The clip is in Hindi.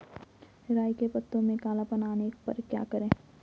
राई के पत्तों में काला पन आने पर क्या करें?